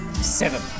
seven